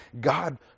God